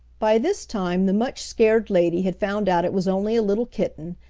by this time the much scared lady had found out it was only a little kitten,